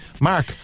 Mark